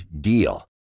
DEAL